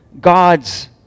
God's